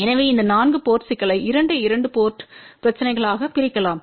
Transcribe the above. எனவே இந்த 4 போர்ட் சிக்கலை இரண்டு 2 போர்ட்ப் பிரச்சினைகளாகப் பிரிக்கலாம்